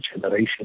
generation